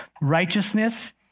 Righteousness